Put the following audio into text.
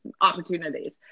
opportunities